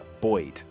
Boyd